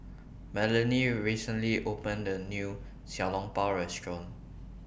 Melany recently opened A New Xiao Long Bao Restaurant